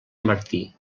martí